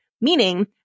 meaning